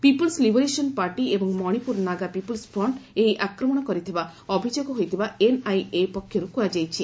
people's liberation party ଏବଂ Manipur Naga people's front ଏହି ଆକ୍ରମଣ କରିଥିବା ଅଭିଯୋଗ ହୋଇଥିବା ଏନ୍ଆଇଏ ପକ୍ଷରୁ କୁହାଯାଇଛି